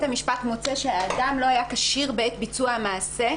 המשפט מוצא שהאדם לא היה כשיר בעת ביצוע המעשה,